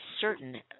certain